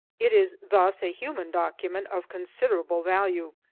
it is thus a human document of considerable value,